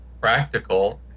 practical